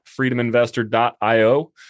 freedominvestor.io